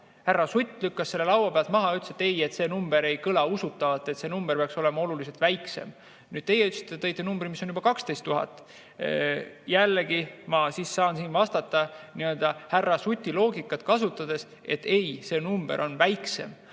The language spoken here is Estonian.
Härra Sutt lükkas selle laua pealt maha, ütles, et ei, see number ei kõla usutavalt, see number peaks olema oluliselt väiksem. Teie ütlesite sellise numbri nagu 12 000. Jällegi, ma saan siin vastata härra Suti loogikat kasutades, et ei, see number on väiksem.